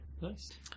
Nice